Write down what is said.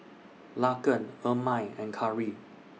Laken Ermine and Cari